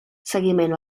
seguiment